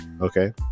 Okay